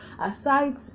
aside